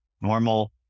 normal